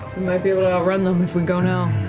might be able to outrun them if we go now.